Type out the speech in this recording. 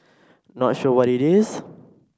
not sure what it is